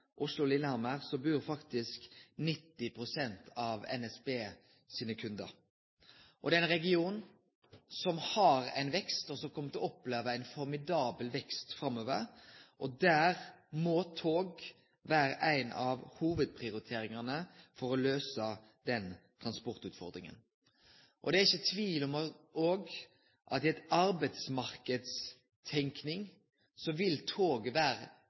bur faktisk 90 pst. av NSB sine kundar. Det er ein region som har vekst, og som kjem til å oppleve ein formidabel vekst framover. Der må tog vere ei av hovudprioriteringane for å løyse transportutfordringa. Det er heller ikkje tvil om at i ei arbeidsmarknadstenking vil tog vere